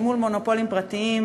אל מול מונופולים פרטיים,